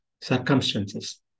circumstances